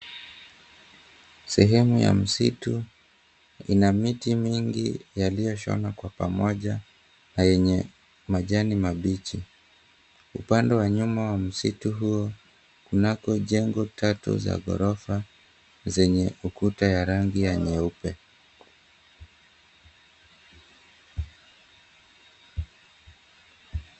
Sehemu ya msitu, ina miti mingi yaliyoshona kwa pamoja na yenye majani mabichi upande wa nyuma wa msitu huo kunako jengo tatu za ghorofa zenye ukuta ya rangi ya nyeupe.